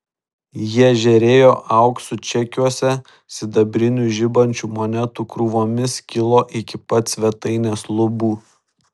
jie žėrėjo auksu čekiuose sidabrinių žibančių monetų krūvomis kilo iki pat svetainės lubų